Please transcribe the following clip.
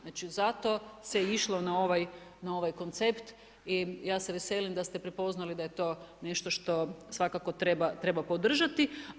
Zato se i išlo na ovaj koncept i ja se veselim da ste prepoznali daje to nešto što svakako treba podržati.